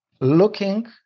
looking